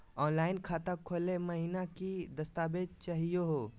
Online खाता खोलै महिना की की दस्तावेज चाहीयो हो?